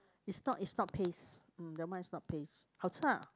is not is not paste that one is not paste 好吃吗